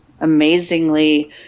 amazingly